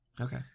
Okay